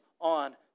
on